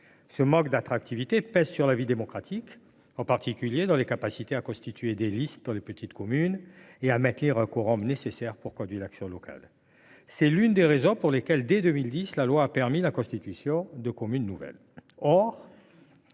Ce manque d’attractivité pèse sur la vie démocratique, car il complique la constitution de listes dans les petites communes et le maintien d’un quorum nécessaire pour conduire l’action locale. C’est l’une des raisons pour lesquelles, dès 2010, la loi a permis la constitution de communes nouvelles.